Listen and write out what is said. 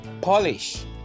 Polish